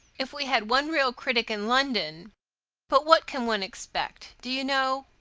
if we had one real critic in london but what can one expect? do you know,